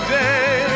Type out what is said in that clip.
day